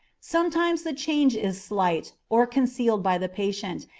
sometimes the change is slight, or concealed by the patient,